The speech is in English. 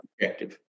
objective